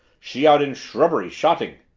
she out in srubbery shotting.